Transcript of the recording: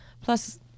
plus